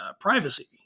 privacy